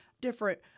different